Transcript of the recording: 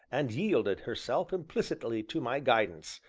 and yielded herself implicitly to my guidance,